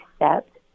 accept